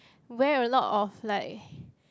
wear a lot of like